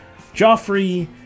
Joffrey